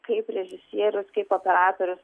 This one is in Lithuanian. kaip režisierius kaip operatorius